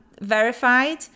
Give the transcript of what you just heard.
verified